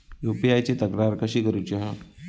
UPI ची तक्रार कशी करुची हा?